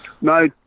No